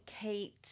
Kate